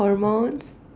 hormones